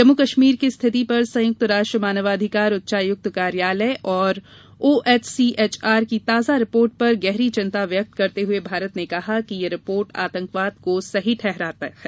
जम्मू कश्मीर की स्थिति पर संयुक्त राष्ट्र मानवाधिकार उच्चायुक्त कार्यालय और ओएचसीएचआर की ताजा रिपोर्ट पर गहरी चिंता व्यक्त करते हुए भारत ने कहा है कि यह रिपोर्ट आतंकवाद को सही ठहराती है